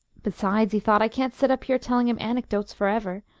besides, he thought, i can't sit up here telling him anecdotes for ever.